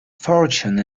fortune